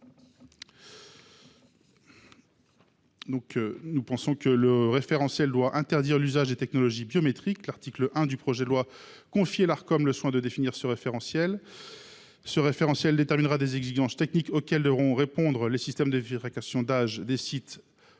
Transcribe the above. Nous pensons que le référentiel doit interdire l’usage des technologies biométriques. L’article 1 du projet de loi tend à confier à l’Arcom le soin de définir ce référentiel. Il déterminera des exigences techniques auxquelles devront répondre les systèmes de vérification d’âge des sites comportant